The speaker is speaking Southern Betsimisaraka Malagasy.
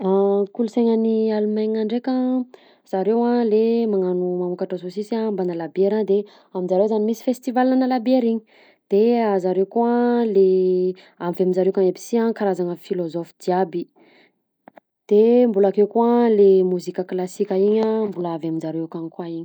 Ah kolontsaina any Allemagne ndreka zareo a le manano manokatra saucisse mbana labiera de aminjareo zany misy festival ana labiera iny de zareo koa le avy aminjareo aby si karazana filôzôfa jiaby de mbola akeo koa le mozika klasika iny mbola avy aminjareo akany koa iny.